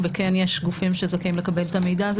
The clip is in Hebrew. וכן יש גופים שזכאים לקבל את המידע הזה.